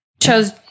chose